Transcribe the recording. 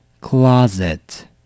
closet